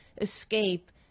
escape